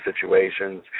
situations